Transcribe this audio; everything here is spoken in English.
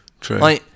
true